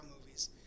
movies